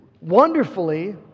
wonderfully